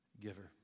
Giver